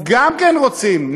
גם כן רוצים,